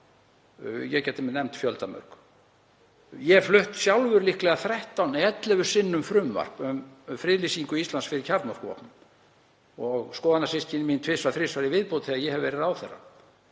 Ég gæti nefnt fjöldamörg dæmi. Ég hef sjálfur líklega flutt 11 sinnum frumvarp um friðlýsingu Íslands fyrir kjarnorkuvopnum og skoðanasystkin mín tvisvar til þrisvar í viðbót þegar ég hef verið ráðherra.